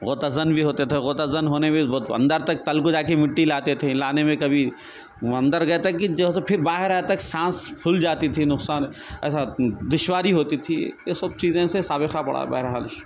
غوطہ زن بھی ہوتے تھے غوطہ زن ہونے میں بہت اندر تک تل کو جا کے مٹی لاتے تھے لانے میں کبھی وہ اندر گئے تک کے جو ہے سو پھر باہر آئے تک سانس پھول جاتی تھی نقصان ایسا دشواری ہوتی تھی یہ سب چیزیں سے سابقہ پڑا بہرحال